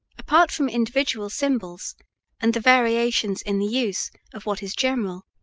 apart from individual symbols and the variations in the use of what is general,